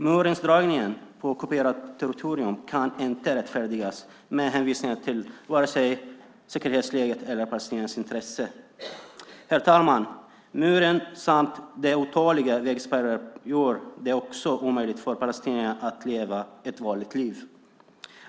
Murens dragning på ockuperat territorium kan inte rättfärdigas vare sig med hänvisning till säkerhetsläget eller Palestinas intresse. Herr talman! Muren samt de otaliga vägspärrarna gör det också omöjligt för palestinierna att leva ett vanligt liv.